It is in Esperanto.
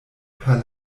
per